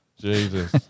Jesus